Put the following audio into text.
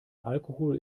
alkohol